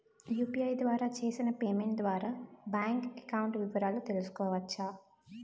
UPI ద్వారా చేసిన payment ద్వారా బ్యాంక్ అకౌంట్ వివరాలు తెలుసుకోవచ్చ?